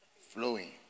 flowing